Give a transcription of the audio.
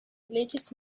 religious